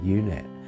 unit